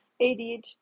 ADHD